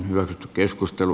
arvoisa puheenjohtaja